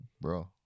Bro